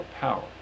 power